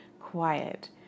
quiet